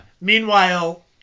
meanwhile